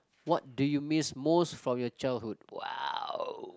what do you miss most from your childhood !wow!